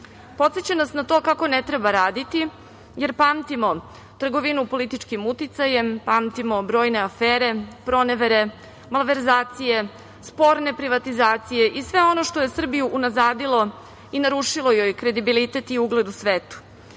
podseća nas na to kako ne treba raditi, jer pamtimo trgovinu političkim uticajem, pamtimo brojne afere, pronevere, malverzacije, sporne privatizacije i sve ono što je Srbiju unazadilo i narušilo joj kredibilitet i ugled u Svetu. Sada